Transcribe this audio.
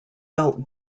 belt